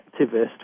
activist